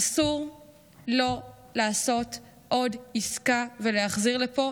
אסור לא לעשות עוד עסקה ולהחזיר לפה